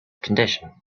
condition